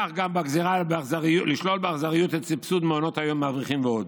כך גם בגזרה לשלול באכזריות את סבסוד מעונות היום מאברכים ועוד.